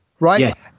Right